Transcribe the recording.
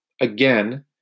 again